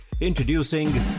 Introducing